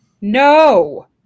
No